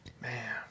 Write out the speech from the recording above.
Man